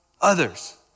others